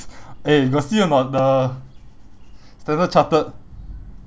eh you got see or not the standard charted